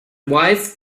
wife